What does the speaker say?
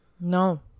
no